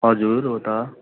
हजुर हो त